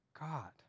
God